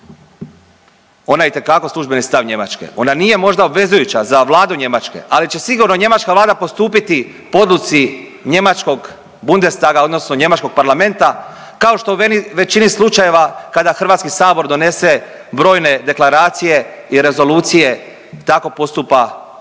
Ona je itekako službeni stav Njemačke, ona nije možda obvezujuća za vladu Njemačke, ali će sigurno njemačka vlada postupiti po odluci njemačkog Bundestaga odnosno njemačkog parlamenta kao što u većini slučajeva kada HS donese brojne deklaracije i rezolucije tako postupa i